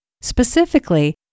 Specifically